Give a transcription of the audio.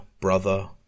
brother